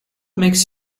makes